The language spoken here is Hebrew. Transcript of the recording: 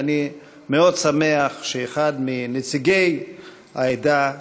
ואני מאוד שמח שאחד מנציגי העדה,